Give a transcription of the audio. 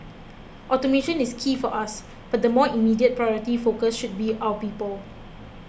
automation is key for us but the more immediate priority focus should be our people